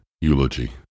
eulogy